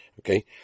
okay